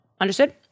Understood